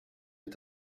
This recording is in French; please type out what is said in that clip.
est